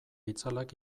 itzalak